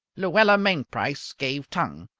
luella mainprice gave tongue.